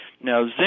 Now